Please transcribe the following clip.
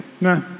nah